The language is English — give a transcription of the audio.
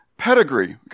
pedigree